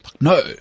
No